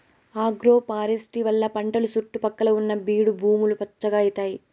agroforestry వల్ల పంటల సుట్టు పక్కల ఉన్న బీడు భూములు పచ్చగా అయితాయి